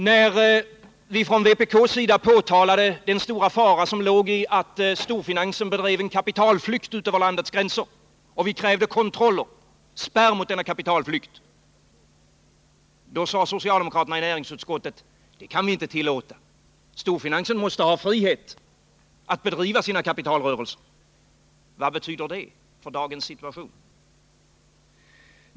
När vi från vpk:s sida påtalade den stora fara som låg i att storfinansen bedrev en kapitalflykt över landets gränser och krävde kontroller och spärr mot denna kapitalflykt, sade socialdemokraterna i näringsutskottet att det kunde de inte vara med om -— storfinansen måste ha frihet att bedriva sina kapitalrörelser. Vad betyder det för dagens situation?